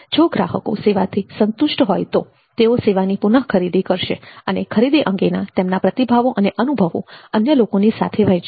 જો ગ્રાહકો સેવાથી સંતુષ્ટ હોય તો તેઓ સેવાઓની પુનઃ ખરીદી કરશે અને ખરીદી અંગેના તેમના પ્રતિભાવો અને અનુભવો અન્ય લોકોની સાથે વહેંચશે